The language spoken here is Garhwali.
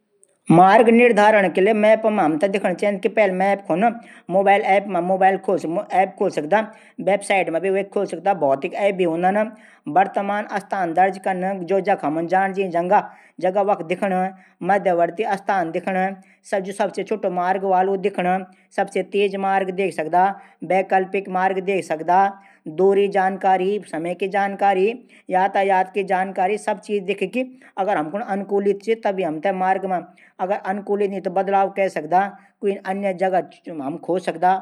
मार्ग निर्धारण कू हमथै दिखण चैंद की मोबाइल एप मा मैम खोलि सकदा। वैवसाइट मा जानकारी देख सकदा। वर्तमान स्थान दर्ज कन। जीं जगह जाण ऊ दर्ज कन। जू सबसे छुटू मार्ग च ऊ दिखण। सबसे तेज मार्ग दिखण। वैकल्पिक मार्ग देखी सकदा। दूरी जानकारी समय जानकारी। यातायात की जानकारी। जब हमकुने अनुकूलित तभी हम मार्ग चयनित करला।